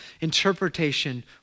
Interpretation